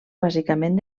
bàsicament